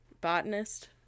botanist